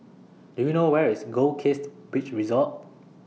Do YOU know Where IS Goldkist Beach Resort